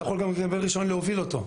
אתה יכול גם לקבל רישיון להוביל אותו.